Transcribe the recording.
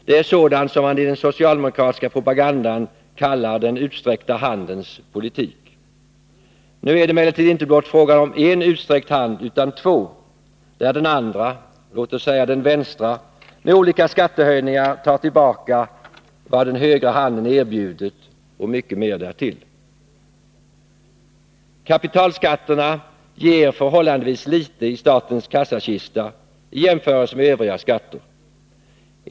Det är sådant som man i den socialdemokratiska propagandan kallar den utsträckta handens politik. Nu är det emellertid inte blott fråga om en utsträckt hand utan två, där den andra, låt oss säga den vänstra, med olika skattehöjningar tar tillbaka vad den högra handen erbjudit och mycket mer därtill. Kapitalskatterna ger förhållandevis litet i statens kassakista i jämförelse med övriga skatter.